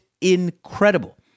incredible